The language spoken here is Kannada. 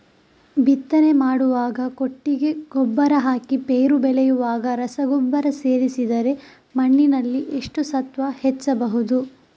ಬಿತ್ತನೆ ಮಾಡುವಾಗ ಕೊಟ್ಟಿಗೆ ಗೊಬ್ಬರ ಹಾಕಿ ಪೈರು ಬೆಳೆಯುವಾಗ ರಸಗೊಬ್ಬರ ಸೇರಿಸಿದರೆ ಮಣ್ಣಿನಲ್ಲಿ ಎಷ್ಟು ಸತ್ವ ಹೆಚ್ಚಬಹುದು?